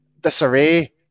disarray